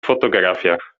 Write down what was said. fotografiach